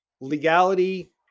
legality